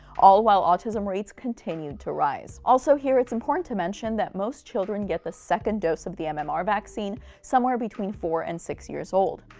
all while autism rates continued to rise. also here, it's important to mention that most children get the second dose of the mmr vaccine somewhere between four and six years old.